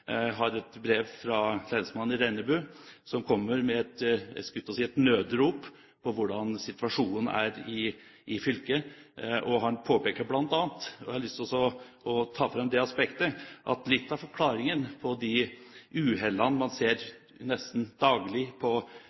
jeg skulle til å si, et nødrop om hvordan situasjonen er i fylket. Han påpeker bl.a. – og jeg har lyst til å ta fram det aspektet – at litt av forklaringen på de uhellene man ser nesten daglig på